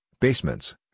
basements